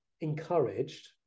encouraged